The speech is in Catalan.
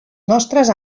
nostres